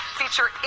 feature